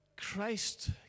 Christ